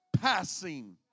passing